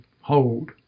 hold